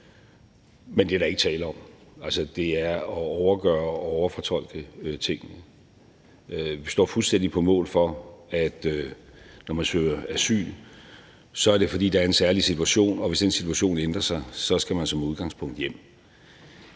Men det er der ikke tale om. Altså, det er at overgøre og overfortolke tingene. Vi står fuldstændig på mål for, at når man søger asyl, er det, fordi der er en særlig situation, og hvis den situation ændrer sig, skal man som udgangspunkt hjem.